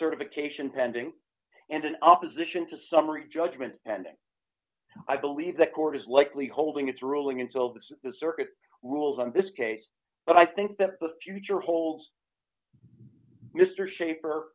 certification pending and an opposition to summary judgment and i believe the court is likely holding its ruling until this circuit rules on this case but i think that the future holds mr schape